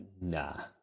nah